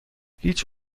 هیچ